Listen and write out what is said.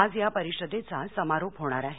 आज या परिषदेचा समारोप होणार आहे